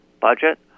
budget